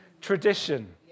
tradition